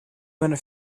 going